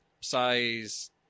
size